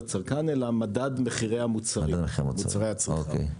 זה לא מדד המחירים לצרכן אלא מדד מחירי מוצרי הצריכה.